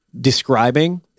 describing